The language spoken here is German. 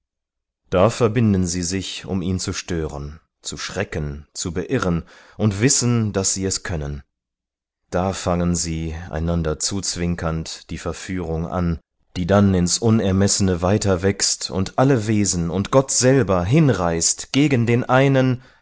da verbinden sie sich um ihn zu stören zu schrecken zu beirren und wissen daß sie es können da fangen sie einander zuzwinkernd die verführung an die dann ins unermessene weiter wächst und alle wesen und gott selber hinreißt gegen den einen